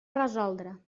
resoldre